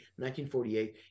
1948